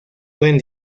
pueden